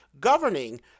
governing